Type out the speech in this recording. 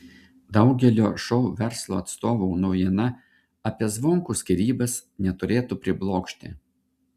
daugelio šou verslo atstovų naujiena apie zvonkų skyrybas neturėtų priblokšti